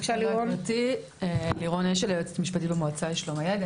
שלום, אני היועצת המשפטית של המועצה לשלום הילד.